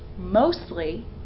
Mostly